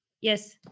yes